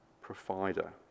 provider